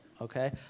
okay